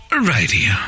Radio